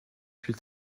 plus